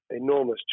enormous